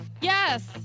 Yes